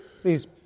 Please